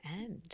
end